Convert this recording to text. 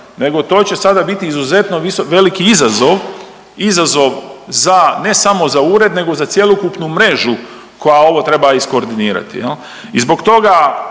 nego to će sada biti izuzetno veliki izazov, izazov za, ne samo za ured, nego za cjelokupnu mrežu koja ovo treba iskoordinirati.